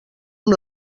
amb